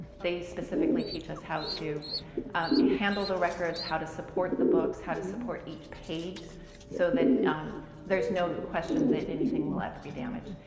they specifically teach us how to handle the records, how to support the books, how to support each page so um there's no question that anything will ever be damaged.